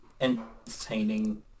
entertaining